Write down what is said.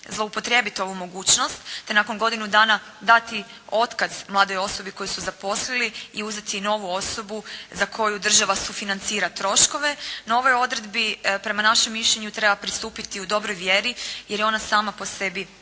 zloupotrijebiti ovu mogućnost, te nakon godinu dana dati otkaz mladoj osobi koju su zaposlili i uzeti novu osobu za koju država sufinancira troškove, no ovoj odredbi prema našem mišljenju treba pristupiti u dobroj vjeri, jer je ona sama po sebi pozitivna.